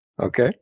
Okay